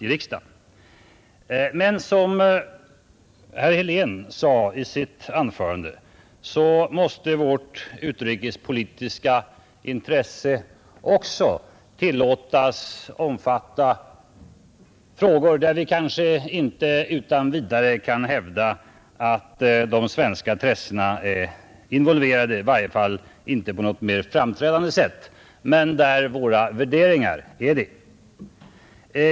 Men som herr Helén nämnde i sitt anförande, måste vårt utrikespolitiska intresse också tillåtas omfatta frågor där vi kanske inte utan vidare kan hävda att svenska intressen är involverade, i varje fall inte på något mer framträdande sätt, men där våra värderingar är det.